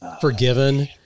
forgiven